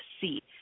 see